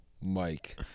Mike